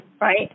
Right